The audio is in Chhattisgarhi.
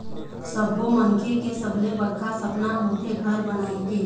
सब्बो मनखे के सबले बड़का सपना होथे घर बनाए के